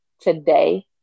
today